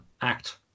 Act